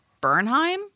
Bernheim